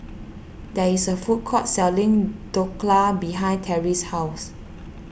there is a food court selling Dhokla behind Terrie's house